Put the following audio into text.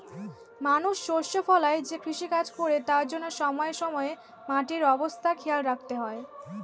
মানুষ শস্য ফলায় যে কৃষিকাজ করে তার জন্যে সময়ে সময়ে মাটির অবস্থা খেয়াল রাখতে হয়